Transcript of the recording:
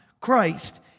Christ